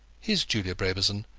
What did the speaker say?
his julia brabazon,